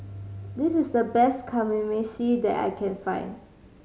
this is the best Kamameshi that I can find